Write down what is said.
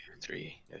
three